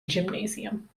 gymnasium